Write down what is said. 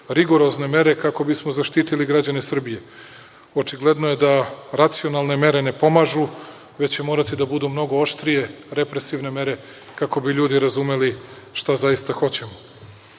rigorozne mere kako bismo zaštitili građane Srbije. Očigledno je da racionalne mere ne pomažu, da će morati da budu mnogo oštrije, represivne mere, kako bi ljudi razumeli šta zaista hoćemo. Borba